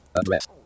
address